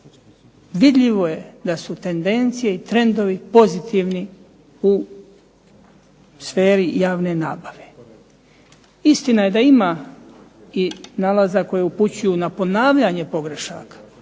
vidljivo je da su tendencije i trendovi pozitivni u sferi javne nabave. Istina je da ima i nalaza koji upućuju na ponavljanje pogrešaka,